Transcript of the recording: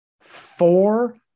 four